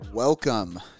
Welcome